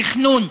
תכנון,